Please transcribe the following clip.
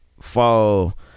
fall